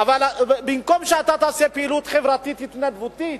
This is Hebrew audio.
במקום שאתה תעשה פעילות חברתית התנדבותית,